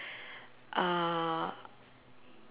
uh